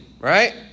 right